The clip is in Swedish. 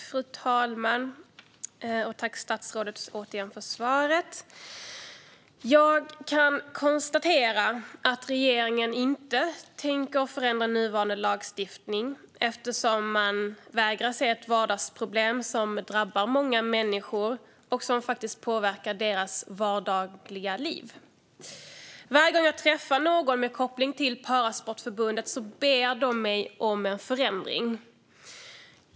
Fru talman! Tack, statsrådet, för svaret! Jag konstaterar att regeringen inte tänker förändra nuvarande lagstiftning. Man vägrar se ett vardagsproblem som drabbar många människor och som påverkar deras liv. Varje gång jag träffar någon med koppling till Parasportförbundet ber de mig om en förändring.